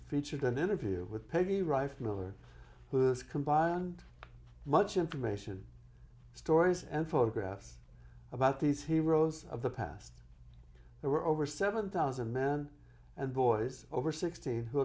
featured an interview with peggy rife miller who has combined much information stories and photographs about these heroes of the past are over seven thousand men and boys over sixteen who